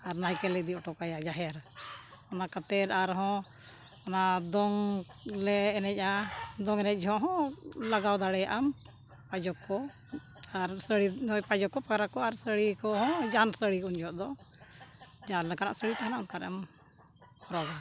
ᱟᱨ ᱱᱟᱭᱠᱮᱞᱮ ᱤᱫᱤ ᱚᱴᱚᱠᱟᱭᱟ ᱡᱟᱦᱮᱨ ᱚᱱᱟ ᱠᱟᱛᱮᱫ ᱟᱨᱦᱚᱸ ᱚᱱᱟ ᱫᱚᱝ ᱞᱮ ᱮᱱᱮᱡᱼᱟ ᱫᱚᱝ ᱮᱱᱮᱡ ᱡᱚᱦᱚᱜ ᱦᱚᱸ ᱞᱟᱜᱟᱣ ᱫᱟᱲᱮᱭᱟᱜ ᱟᱢ ᱯᱟᱭᱡᱚᱠ ᱠᱚ ᱟᱨ ᱥᱟᱹᱲᱤ ᱱᱚᱜᱼᱚᱭ ᱯᱟᱭᱡᱚᱠ ᱠᱚ ᱯᱟᱜᱽᱨᱟ ᱠᱚ ᱟᱨ ᱥᱟᱹᱲᱤ ᱠᱚᱦᱚᱸ ᱡᱟᱦᱟᱱ ᱥᱟᱹᱲᱤᱜᱮ ᱩᱱ ᱡᱚᱦᱚᱜ ᱫᱚ ᱡᱟᱦᱟᱸ ᱞᱮᱠᱟᱱᱟᱜ ᱥᱟᱹᱲᱤ ᱛᱟᱦᱮᱱᱟ ᱚᱱᱠᱟᱱᱟᱜ ᱮᱢ ᱠᱷᱚᱨᱚᱜᱟ